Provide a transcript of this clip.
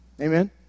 Amen